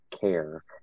care